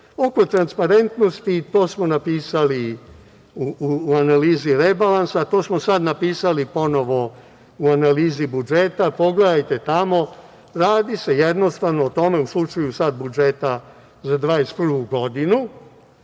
transparentnosti, i to smo napisali u analizi rebalansa, a to smo sada napisali ponovo u analizi budžeta, pogledajte tamo, radi se, jednostavno, o tome, u slučaju sada budžeta za 2021. godinu,